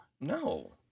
No